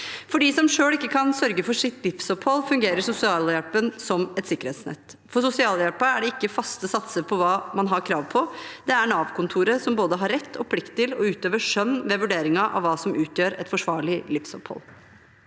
For dem som ikke selv kan sørge for sitt livsopphold, fungerer sosialhjelpen som et sikkerhetsnett. For sosialhjelpen er det ikke faste satser for hva man har krav på. Nav-kontoret har både rett og plikt til å utøve skjønn ved vurderingen av hva som utgjør et forsvarlig livsopphold.